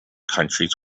countries